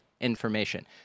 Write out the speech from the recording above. information